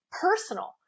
personal